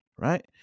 Right